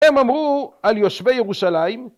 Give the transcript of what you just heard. הם אמרו על יושבי ירושלים